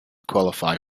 qualify